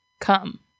come